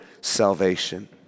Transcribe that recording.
salvation